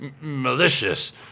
malicious